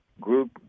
group